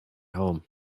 home